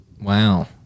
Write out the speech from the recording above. Wow